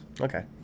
Okay